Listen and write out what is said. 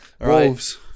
Wolves